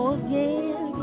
again